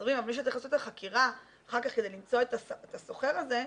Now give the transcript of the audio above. אבל מי שצריך לעשות לה חקירה אחר כך כדי למצוא את הסוחר הזה,